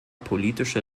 politische